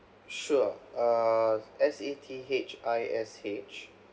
sure err S A T H I S H